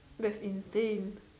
that's insane